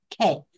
Okay